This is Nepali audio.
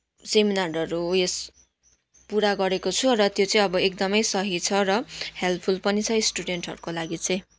सेमिनारहरू उयेस पुरा गरेको छु र त्यो चाहिँ अब एकदमै सही छ र हेल्पफुल पनि छ स्टुडेन्टहरूको लागि चाहिँ